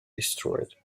destroyed